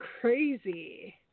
crazy